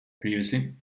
previously